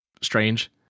strange